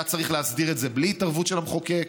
צריך להסדיר את זה בלי התערבות של המחוקק,